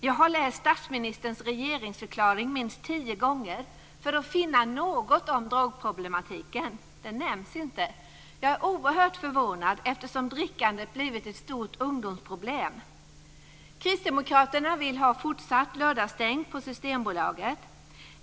Jag har läst statsministerns regeringsförklaring minst tio gånger för att finna något om drogproblematiken. Den nämns inte. Jag är oerhört förvånad, eftersom drickandet blivit ett stort ungdomsproblem. Systembolaget.